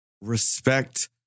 respect